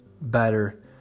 better